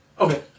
Okay